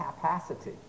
capacity